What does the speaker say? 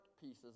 pieces